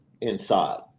inside